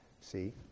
See